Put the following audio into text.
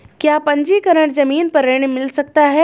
क्या पंजीकरण ज़मीन पर ऋण मिल सकता है?